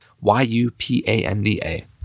Y-U-P-A-N-D-A